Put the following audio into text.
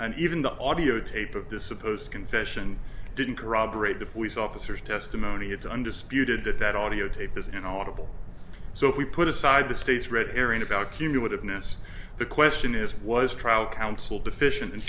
and even the audiotape of the supposed confession didn't corroborate the police officers testimony it's undisputed that that audiotape is you know audible so if we put aside the state's red herring about cumulative notice the question is was trial counsel deficient